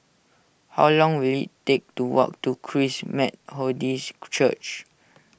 how long will it take to walk to Christ Methodist Church